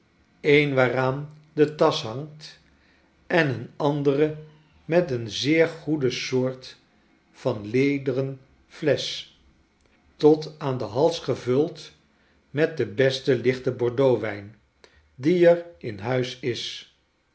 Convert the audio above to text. een waaraan de tasch hangt en een andere met een zeer goede soort van lederen flesch tot aan den hals gevuld met den besten lichten bordeauxwijn die er in huis is